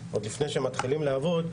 עוד לפני שמתחילים לעבוד,